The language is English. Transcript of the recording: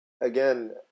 again